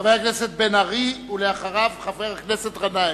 חבר הכנסת בן-ארי, ואחריו, חבר הכנסת גנאים.